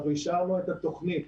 אנחנו אישרנו את התוכנית.